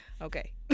Okay